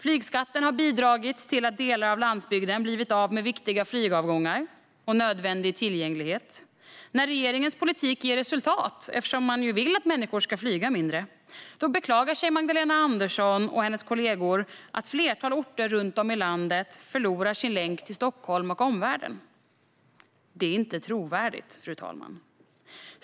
Flygskatten har bidragit till att delar av landsbygden har blivit av med viktiga flygavgångar och nödvändig tillgänglighet. När regeringens politik ger resultat, eftersom man vill att människor ska flyga mindre, beklagar sig Magdalena Andersson och hennes kollegor över att ett flertal orter runt om i landet förlorar sin länk till Stockholm och omvärlden. Det är inte trovärdigt.